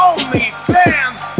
OnlyFans